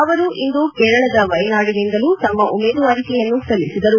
ಅವರು ಇಂದು ಕೇರಳದ ವಯನಾಡಿನಿಂದಲೂ ತಮ್ಮ ಉಮೇದುವಾರಿಕೆಯನ್ನು ಸಲ್ಲಿಸಿದರು